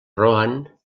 rohan